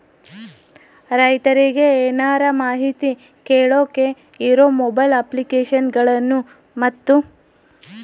ರೈತರಿಗೆ ಏನರ ಮಾಹಿತಿ ಕೇಳೋಕೆ ಇರೋ ಮೊಬೈಲ್ ಅಪ್ಲಿಕೇಶನ್ ಗಳನ್ನು ಮತ್ತು?